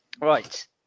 Right